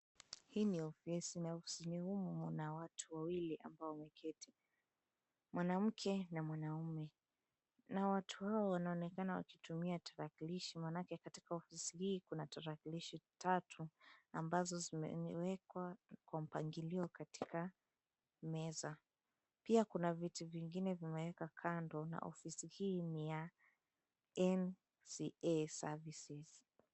Hii ni ofisi na ofisini humu mna watu wawili ambao wameketi, mwanamke na mwanamme na watu hawa wanaonekana wakitumia tarakilishi manake katika ofisi hii kuna tarakilishi tatu ambazo zimewekwa kwa mpangilio katika meza. Pia kuna viti vingine vimewekwa kando na ofisi hii ni ya NCA SERVICES.